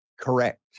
Correct